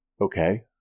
okay